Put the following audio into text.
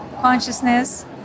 consciousness